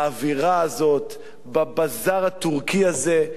באווירה הזאת, בבזאר הטורקי הזה.